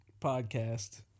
podcast